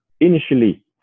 initially